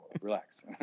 relax